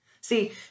See